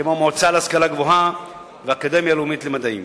כמו המועצה להשכלה גבוהה והאקדמיה הלאומית הישראלית למדעים.